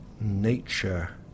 nature